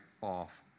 off